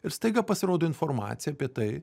ir staiga pasirodo informacija apie tai